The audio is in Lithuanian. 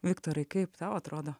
viktorai kaip tau atrodo